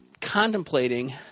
contemplating